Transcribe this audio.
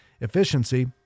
efficiency